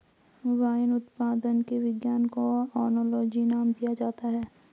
wine उत्पादन के विज्ञान को ओनोलॉजी नाम दिया जाता है